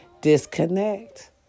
disconnect